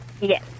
Yes